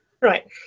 right